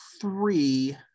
three